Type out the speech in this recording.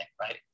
right